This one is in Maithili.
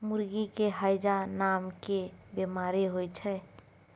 मुर्गी के हैजा नामके बेमारी होइ छै